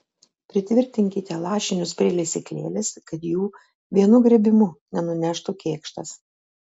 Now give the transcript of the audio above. pritvirtinkite lašinius prie lesyklėlės kad jų vienu griebimu nenuneštų kėkštas